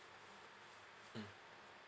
mm